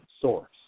source